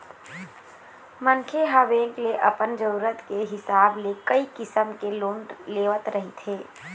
मनखे ह बेंक ले अपन जरूरत के हिसाब ले कइ किसम के लोन लेवत रहिथे